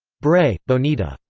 bray, bonita.